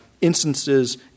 instances